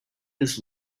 his